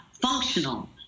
functional